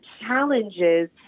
challenges